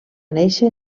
néixer